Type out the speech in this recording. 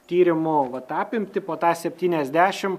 tyrimų vat apimtį po tą septyniasdešim